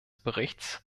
berichts